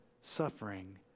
suffering